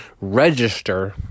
register